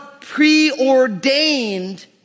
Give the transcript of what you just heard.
preordained